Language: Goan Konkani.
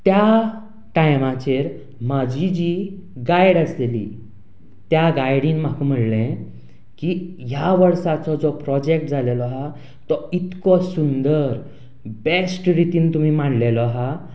आनी त्या टायमाचेर म्हजी जी गायड आशिल्ली त्या गायडिन म्हाका म्हणले की ह्या वर्साचो जो प्रोजेक्ट जाल्लो आसा तो इतको सुंदर जाल्लो बेस्ट रितीन तुमी मांडिल्लो आसा